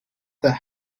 the